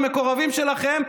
למקורבים שלכם,